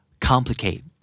Complicate